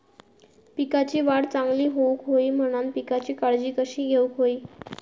पिकाची वाढ चांगली होऊक होई म्हणान पिकाची काळजी कशी घेऊक होई?